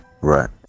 Right